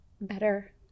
better